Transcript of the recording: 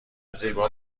زیبا